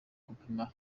gupima